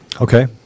Okay